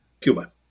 Cuba